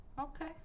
Okay